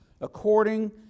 according